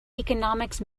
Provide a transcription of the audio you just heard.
economics